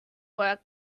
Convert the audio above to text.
look